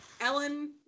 Ellen